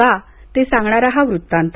का ते सांगणारा हा वृत्तांत